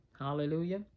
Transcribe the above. Hallelujah